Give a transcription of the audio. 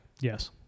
Yes